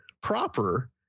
proper –